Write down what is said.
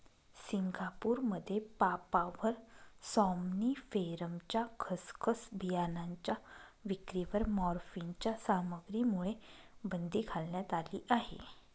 सिंगापूरमध्ये पापाव्हर सॉम्निफेरमच्या खसखस बियाणांच्या विक्रीवर मॉर्फिनच्या सामग्रीमुळे बंदी घालण्यात आली आहे